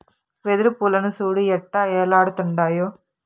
వెదురు పూలను సూడు ఎట్టా ఏలాడుతుండాయో